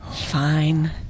Fine